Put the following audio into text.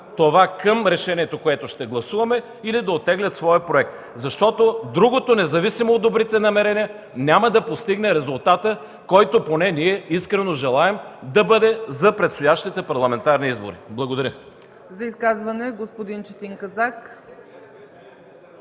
това към решението, което ще гласуваме, или да оттеглят своя проект. Защото другото, независимо от добрите намерения, няма да постигне резултата, който поне ние искрено желаем да бъде за предстоящите парламентарни избори. Благодаря.